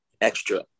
extra